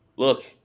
Look